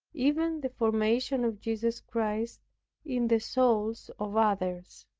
even the formation of jesus christ in the souls of others.